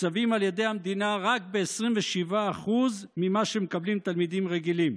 מתוקצבים על ידי המדינה רק ב-27% ממה שמקבלים תלמידים רגילים.